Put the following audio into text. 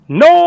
no